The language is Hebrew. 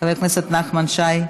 חבר הכנסת נחמן שי,